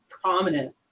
prominent